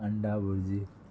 अंडा भुर्जी